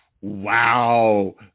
wow